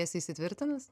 esi įsitvirtinus